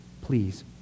please